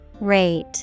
rate